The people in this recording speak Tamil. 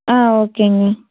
ஆ ஓகேங்க